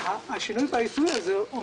השינוי הזה בעיתוי אומר